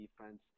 defense